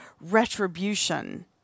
retribution